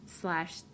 slash